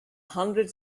hundred